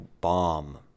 bomb